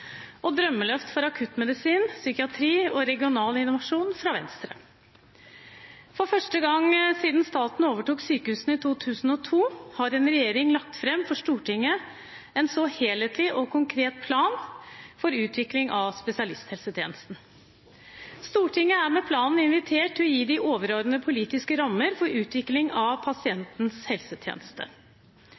et drømmeløft for akuttmedisin, psykiatri og regional innovasjon, fra Venstre. For første gang siden staten overtok sykehusene i 2002 har en regjering lagt fram for Stortinget en så helhetlig og konkret plan for utvikling av spesialisthelsetjenesten. Stortinget er med planen invitert til å gi de overordnede politiske rammene for utvikling av pasientens helsetjeneste.